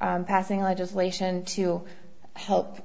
and passing legislation to help